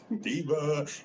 Diva